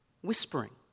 whispering